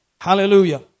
Hallelujah